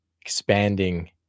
expanding